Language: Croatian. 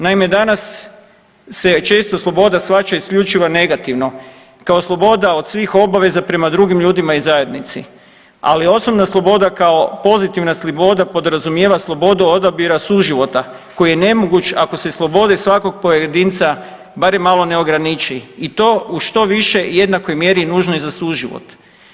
Naime, danas se često sloboda shvaća isključivo negativno kao sloboda od svih obaveza prema drugim ljudima i zajednici, ali osobna sloboda kao pozitivna sloboda podrazumijeva slobodu odabira suživota koji je nemoguć ako se slobode svakog pojedinca barem malo ne ograniči i to u što više i jednakoj mjeri nužnoj za suživot.